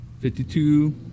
52